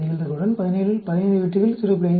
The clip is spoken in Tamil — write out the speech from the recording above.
5 நிகழ்தகவுடன் 17 இல் 15 வெற்றிகள் 0